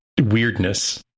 weirdness